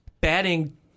batting